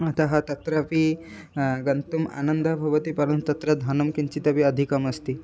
अतः तत्रापि गन्तुम् आनन्दः भवति परं तत्र धनं किञ्चित् अपि अधिकमस्ति